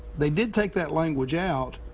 they did take that language out,